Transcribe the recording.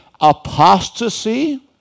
apostasy